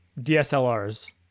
DSLRs